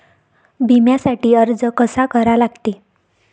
बिम्यासाठी अर्ज कसा करा लागते?